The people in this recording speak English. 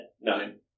Nine